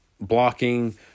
blocking